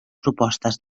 propostes